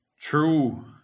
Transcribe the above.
true